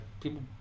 people